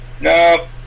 no